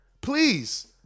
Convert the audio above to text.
Please